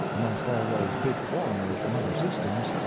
amongst all those big foreigners from other systems,